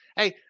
Hey